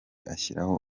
ashyiraho